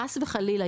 חס וחלילה,